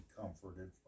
comforted